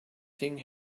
thing